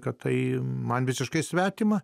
kad tai man visiškai svetima